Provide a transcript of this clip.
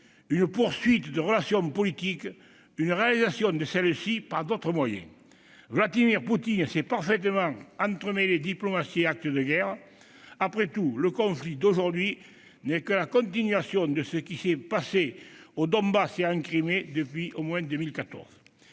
une poursuite de relations politiques, une réalisation de celles-ci par d'autres moyens. » Vladimir Poutine sait parfaitement entremêler diplomatie et actes de guerre. Après tout, le conflit d'aujourd'hui n'est que la continuation de ce qui se passe au Donbass et en Crimée depuis au moins 2014.